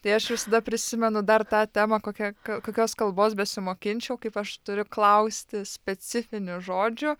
tai aš visada prisimenu dar tą temą kokia kokios kalbos besimokinčiau kaip aš turiu klausti specifinių žodžių